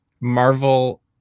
Marvel